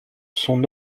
son